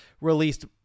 released